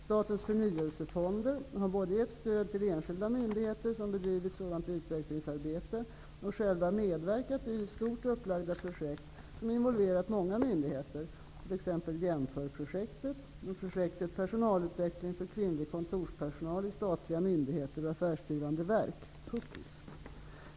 Statens förnyelsefonder har både givit stöd till enskilda myndigheter som bedrivit sådant utvecklingsarbete och själva medverkat i stort upplagda projekt som involverat många myndigheter, t.ex. Jämförprojektet och projektet Personalutveckling för kvinnlig kontorspersonal i statliga myndigheter och affärsdrivande verk .